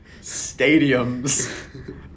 Stadiums